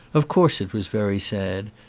of course it was very sad,